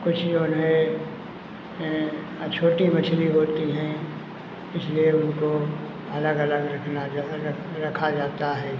कुछ जौन हैं ये छोटी मछली होती हैं इसलिए उनको अलग अलग रखना रख रखा जाता है